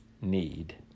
need